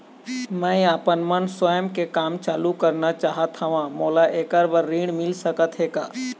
मैं आपमन स्वयं के काम चालू करना चाहत हाव, मोला ऐकर बर ऋण मिल सकत हे का?